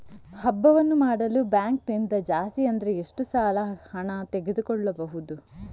ಹಬ್ಬವನ್ನು ಮಾಡಲು ಬ್ಯಾಂಕ್ ನಿಂದ ಜಾಸ್ತಿ ಅಂದ್ರೆ ಎಷ್ಟು ಸಾಲ ಹಣ ತೆಗೆದುಕೊಳ್ಳಬಹುದು?